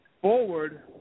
forward